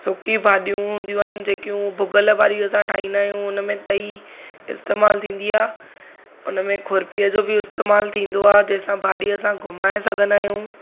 सुकी भाॼियूं हूंदियूं आहिनि जेकियूं भुॻल वारी असां ठाहींदा आहियूं हुनमें तई इस्तेमालु थींदी आहे उनमें खुर्पीअ जो बि इस्तेमालु थींदो आहे जंहिं सां भाॼी असां घुमाए सघंदा आहियूं